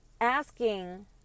asking